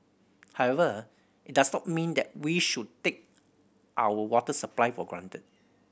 however it does not mean that we should take our water supply for granted